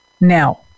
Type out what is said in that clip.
Now